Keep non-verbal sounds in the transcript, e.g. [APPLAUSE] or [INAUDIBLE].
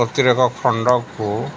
[UNINTELLIGIBLE] ଖଣ୍ଡକୁ